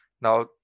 Now